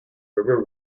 river